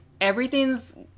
everything's